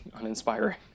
Uninspiring